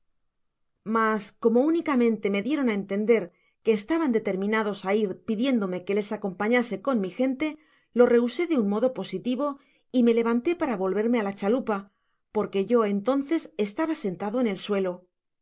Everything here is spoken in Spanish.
mas como únicamente me dieron á entender que estaban determinados á ir pidiéndome que les acompañase con mi gente lo rehuse de un modo positivo y me levanté para volverme á la chalupa porque yo entonces estaba sentado en el suelo